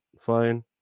fine